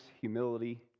humility